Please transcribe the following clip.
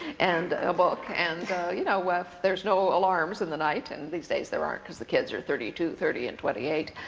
and a book, and you know if there's no alarms in the night, and these days there aren't because the kids are thirty two, thirty, and twenty eight,